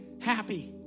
happy